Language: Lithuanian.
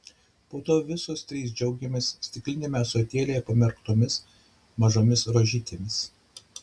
po to visos trys džiaugiamės stikliniame ąsotėlyje pamerktomis mažomis rožytėmis